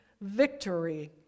victory